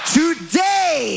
today